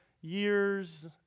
years